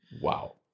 Wow